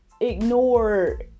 ignore